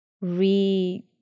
re